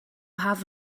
have